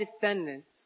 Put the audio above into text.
descendants